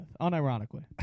unironically